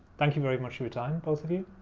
thank you very much for your time, both of you,